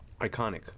Iconic